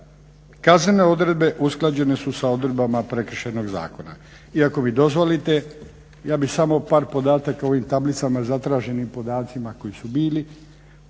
Kaznene odredbe usklađene su sa odredbama Prekršajnog zakona. I ako mi dozvolite ja bih samo par podataka u ovim tablicama, zatraženim podacima koji su bili,